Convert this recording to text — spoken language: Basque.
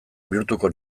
bihurtuko